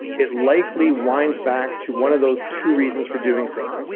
it likely winds back to one of those two reasons for doing so.